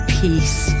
peace